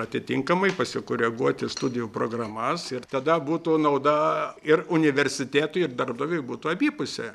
atitinkamai pasikoreguoti studijų programas ir tada būtų nauda ir universitetui ir darbdaviui būtų abipusė